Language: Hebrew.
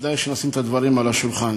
כדאי שנשים את הדברים על השולחן.